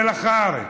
מלח הארץ.